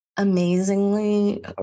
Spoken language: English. amazingly